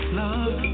love